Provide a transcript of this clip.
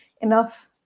enough